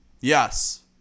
Yes